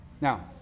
Now